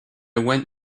went